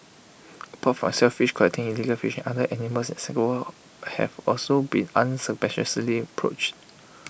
apart from shellfish collecting and illegal fishing other animals in Singapore have also been unscrupulously poached